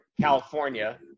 California